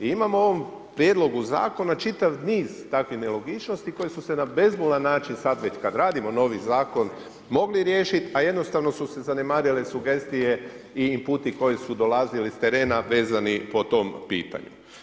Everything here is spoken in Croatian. I imamo u ovom prijedlogu zakona čitav niz takvih nelogičnosti koje su se na bezbolan način sad već kad radimo novi zakon mogli riješiti, a jednostavno su se zanemarile sugestije i inputi koji su dolazili s terena vezani po tom pitanju.